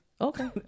Okay